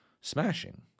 smashing